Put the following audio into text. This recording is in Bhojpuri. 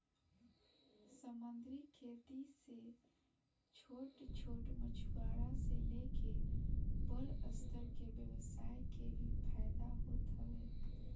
समंदरी खेती से छोट छोट मछुआरा से लेके बड़ स्तर के व्यवसाय के भी फायदा होत हवे